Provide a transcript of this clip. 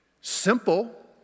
Simple